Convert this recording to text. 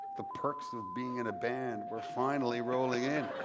the perks of being in a band were finally rolling in.